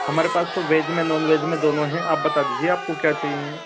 हमारे पास तो वेज में नोन वेज में दोनों हैं आप बता दीजिए आपको क्या चाहिए